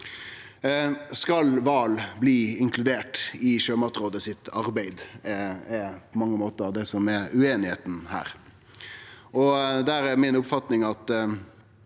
kval skal bli inkludert i Sjømatrådet sitt arbeid, er på mange måtar det ein er ueinige om her. Der er min oppfatning at